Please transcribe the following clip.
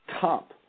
top